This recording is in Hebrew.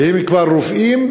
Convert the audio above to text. והם כבר רופאים,